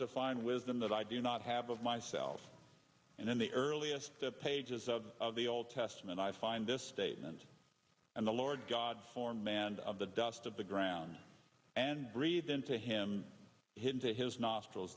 to find wisdom that i do not have of myself and then the earliest pages of the old testament i find this statement and the lord god formed man of the dust of the ground and breathed into him him to his nostrils